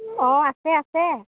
অঁ আছে আছে